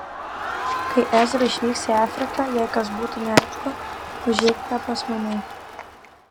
kai ezra išvyks į afriką jei kas būtų neaišku užeikite pas mane